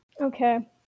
Okay